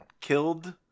killed